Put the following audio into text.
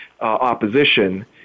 opposition